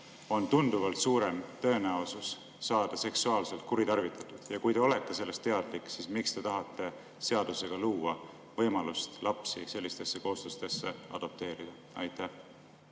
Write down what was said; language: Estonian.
on tunduvalt suurem tõenäosus saada seksuaalselt kuritarvitatud? Ja kui te olete sellest teadlik, siis miks te tahate seadusega luua võimalust lapsi sellistesse kooslustesse adopteerida? Suur